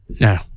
No